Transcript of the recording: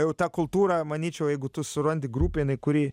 jau ta kultūra manyčiau jeigu tu surandi grupė kuri